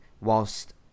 whilst